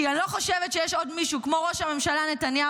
כי אני לא חושבת שיש עוד מישהו כמו ראש הממשלה נתניהו